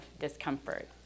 discomfort